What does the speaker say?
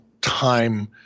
time